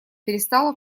перестало